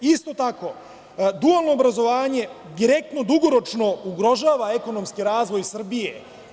Isto tako, dualno obrazovanje direktno dugoročno ugrožava ekonomski razvoj Srbije.